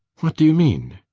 what do you mean?